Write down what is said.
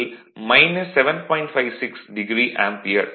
56o ampere